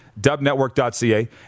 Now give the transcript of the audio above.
Dubnetwork.ca